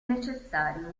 necessario